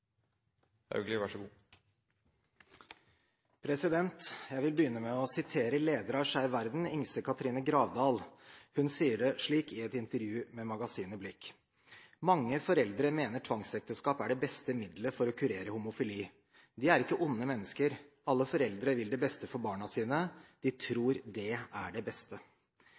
i dag. Så vi må jobbe på bred front og på mange områder, og vi må heller ikke bli sjølgode oppi dette. Jeg vil begynne med å sitere leder av Skeiv Verden, Ingse-Katrine Gravdal. Hun sier det slik i et intervju med magasinet Blikk: «Mange foreldre mener tvangsekteskap er det beste middelet å bruke for å kurere homofili. De er ikke onde mennesker. Alle foreldre vil det beste